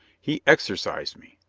he exercised me.